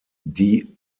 die